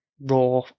raw